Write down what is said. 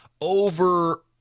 over